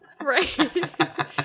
Right